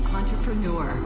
entrepreneur